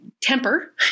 temper